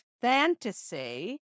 fantasy